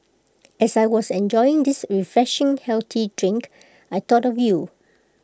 as I was enjoying this refreshing healthy drink I thought of you